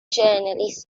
journalist